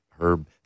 herb